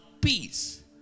peace